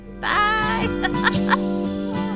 Bye